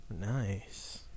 Nice